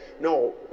no